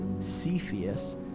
Cepheus